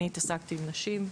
אני התעסקתי בנשים,